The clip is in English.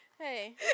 Hey